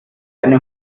eine